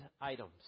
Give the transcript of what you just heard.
items